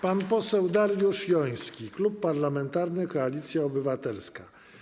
Pan poseł Dariusz Joński, Klub Parlamentarny Koalicja Obywatelska.